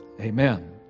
amen